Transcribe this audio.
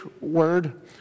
word